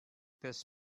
this